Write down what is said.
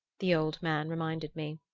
the old man reminded me.